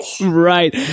Right